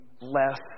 less